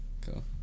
Cool